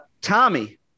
Tommy